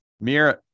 Mira